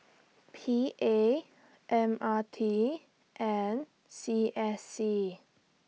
P A M R T and C S C